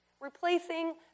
replacing